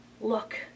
Look